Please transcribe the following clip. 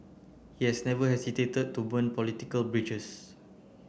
he has never hesitated to burn political bridges